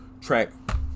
track